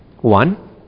One